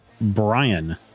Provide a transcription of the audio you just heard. Brian